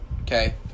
okay